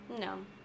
No